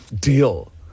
deal